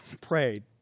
prayed